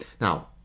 Now